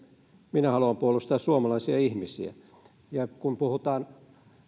minä haluan puolustaa suomalaisia ihmisiä ja kun puhutaan